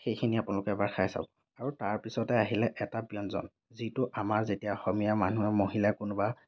সেইখিনি আপোনালোকে এবাৰ খাই চাব আৰু তাৰ পিছতে আহিলে এটা ব্য়ঞ্জন যিটো আমাৰ যেতিয়া অসমীয়া মানুহে মহিলাই কোনোবা